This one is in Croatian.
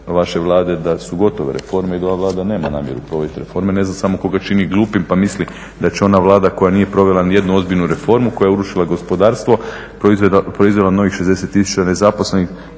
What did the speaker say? vaše Vlade, da su gotove reforme i da ova Vlada nema namjeru provoditi reforme, ne znam samo koga čini glupim pa misli da će ona Vlada koja nije provela ni jednu ozbiljnu reformu, koja je urušila gospodarstvo, proizvela novih 60 tisuća nezaposlenih,